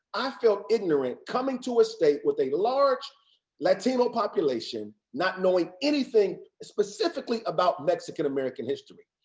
i felt ignorant, coming to a state with a large latino population, not knowing anything specifically about mexican-american history.